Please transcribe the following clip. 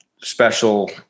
special